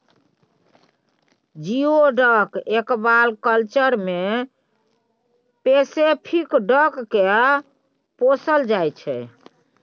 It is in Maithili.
जियोडक एक्वाकल्चर मे पेसेफिक डक केँ पोसल जाइ छै